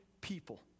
people